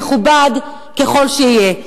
מכובד ככל שיהיה.